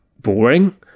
boring